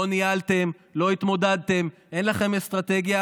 לא ניהלתם, לא התמודדתם, אין לכם אסטרטגיה.